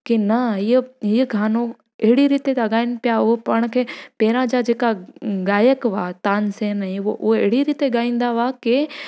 की न इहो ईअं गानो अहिड़ी रीति था गाइनि पिया उहो पाण खे पहिरियां जा जेका गायक हुआ तानसेन हे हो उहे अहिड़ी रीति ॻाईंदा हुआ की